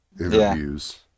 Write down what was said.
interviews